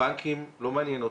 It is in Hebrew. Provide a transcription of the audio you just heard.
הבנקים לא מעניין אותנו.